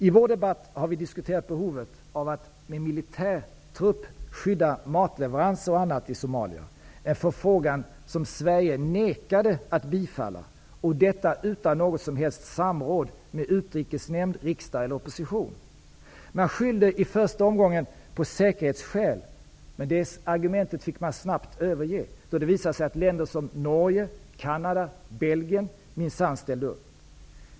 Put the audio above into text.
I vår debatt har vi diskuterat behovet av att med militärtrupp skydda matleveranser och annat i Somalia, en förfrågan som Sverige nekade att bifalla, och detta utan något som helst samråd med utrikesnämnd, riksdag eller opposition. Man skyllde i första omgången på säkerhetsskäl. Men det argumentet fick man snabbt överge då det visade sig att länder som Norge, Canada och Belgien minsann ställde upp.